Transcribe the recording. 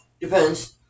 Depends